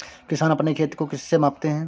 किसान अपने खेत को किससे मापते हैं?